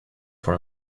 for